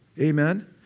Amen